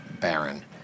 Baron